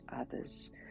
others